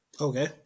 okay